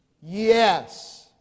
Yes